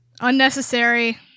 Unnecessary